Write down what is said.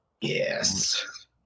Yes